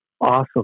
awesome